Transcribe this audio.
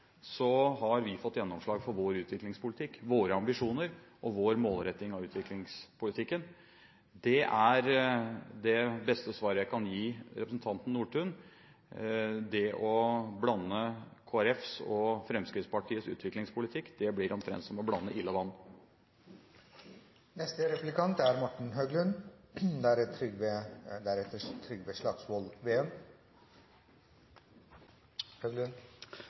har vi fått gjennomslag for vår utviklingspolitikk, våre ambisjoner og vår målretting av utviklingspolitikken. Det er det beste svaret jeg kan gi representanten Nordtun. Det å blande Kristelig Folkepartis og Fremskrittspartiets utviklingspolitikk blir omtrent som å blande